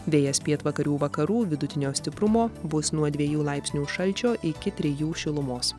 vėjas pietvakarių vakarų vidutinio stiprumo bus nuo dviejų laipsnių šalčio iki trijų šilumos